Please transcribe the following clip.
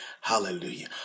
Hallelujah